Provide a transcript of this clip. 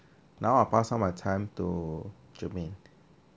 now I pass up my time to germaine